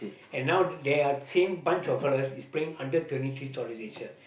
and now they are same bunch of fellas is playing under twenty three Southeast Asia